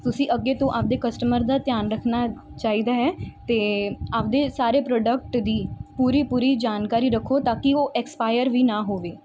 ਤੁਸੀਂ ਅੱਗੇ ਤੋਂ ਆਪਣੇ ਕਸਟਮਰ ਦਾ ਧਿਆਨ ਰੱਖਣਾ ਚਾਹੀਦਾ ਹੈ ਅਤੇ ਆਪਣੇ ਸਾਰੇ ਪ੍ਰੋਡਕਟ ਦੀ ਪੂਰੀ ਪੂਰੀ ਜਾਣਕਾਰੀ ਰੱਖੋ ਤਾਂ ਕਿ ਉਹ ਐਕਸਪਾਇਰ ਵੀ ਨਾ ਹੋਵੇ